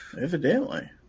Evidently